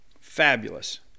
Fabulous